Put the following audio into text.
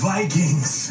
Vikings